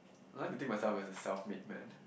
I want to take myself as a self made man